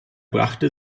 brachte